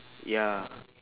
ya